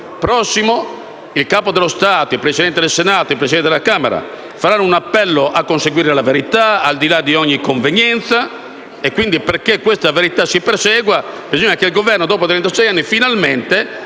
giugno il Capo dello Stato, il Presidente del Senato e il Presidente della Camera faranno un appello a conseguire la verità, al di là di ogni convenienza. Quindi, perché questa si persegua, bisogna che il Governo, dopo trentasei anni,